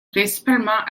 principalement